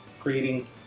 creating